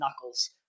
Knuckles